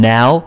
Now